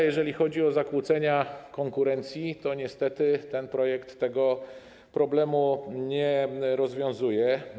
Jeżeli chodzi o zakłócenia konkurencji, to niestety ten projekt tego problemu do końca nie rozwiązuje.